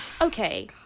okay